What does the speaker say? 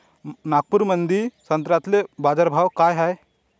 नागपुरामंदी संत्र्याले बाजारभाव काय हाय?